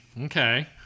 okay